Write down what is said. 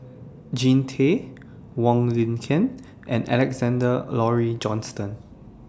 Jean Tay Wong Lin Ken and Alexander Laurie Johnston